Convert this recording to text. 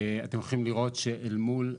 אתם יכולים לראות שאל מול מזוט,